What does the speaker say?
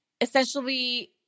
essentially